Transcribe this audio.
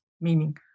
meaning